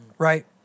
Right